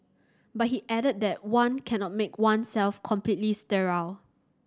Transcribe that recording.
but he added that one cannot make oneself completely sterile